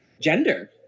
gender